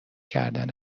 کردن